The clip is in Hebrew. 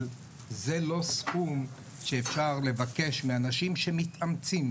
אבל זה לא סכום שאפשר לבקש מאנשים שמתאמצים,